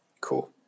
Cool